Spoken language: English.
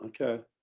Okay